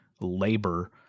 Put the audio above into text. labor